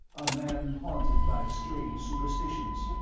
a man haunted by strange superstitions.